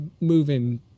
moving